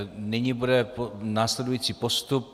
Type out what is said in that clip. Nyní bude následující postup.